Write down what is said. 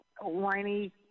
whiny